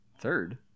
third